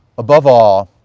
above all,